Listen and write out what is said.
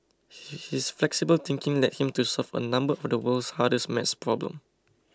his flexible thinking led him to solve a number of the world's hardest math problems